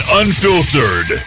unfiltered